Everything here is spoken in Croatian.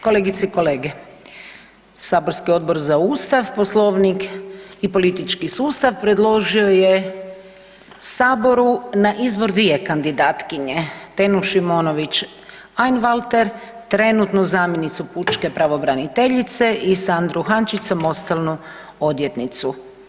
Kolegice i kolege, saborski Odbor za Ustav, Poslovnik i politički sustav predložio je saboru na izbor dvije kandidatkinje Tenu Šimonović Einwalter trenutnu zamjenicu pučke pravobraniteljice i Sandru Hančić samostalnu odvjetnicu.